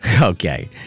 Okay